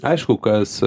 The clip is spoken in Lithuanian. aišku kas